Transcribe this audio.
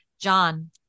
John